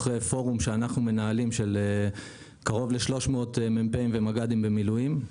פורום שאנחנו מנהלים של קרוב ל-300 מ"פים ומג"דים במילואים.